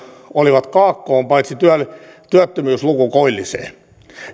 olivat kaakkoon paitsi työttömyysluku koilliseen